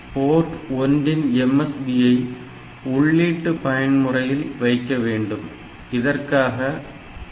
board 1 இன் MSB ஐ உள்ளீட்டு பயன்முறையில் வைக்க வேண்டும் இதற்காக P1